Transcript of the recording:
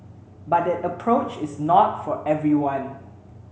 but that approach is not for everyone